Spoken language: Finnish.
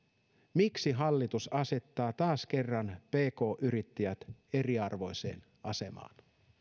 miksi hallitus asettaa taas kerran pk yrittäjät eriarvoiseen asemaan